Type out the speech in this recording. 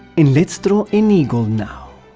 and let's draw an eagle now.